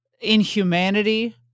inhumanity